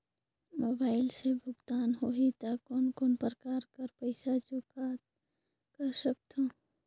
Mobile से भुगतान होहि त कोन कोन प्रकार कर पईसा चुकता कर सकथव?